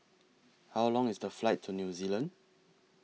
How Long IS The Flight to New Zealand